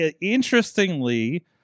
interestingly